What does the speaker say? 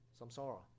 Samsara